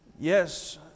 Yes